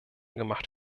gemacht